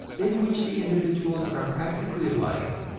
in which the individuals are practically alike,